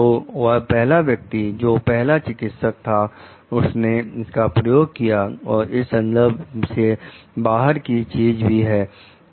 तो वह पहला व्यक्ति जो पहला चिकित्सक था उसने इसका प्रयोग किया और यह संदर्भ से बाहर की चीज भी है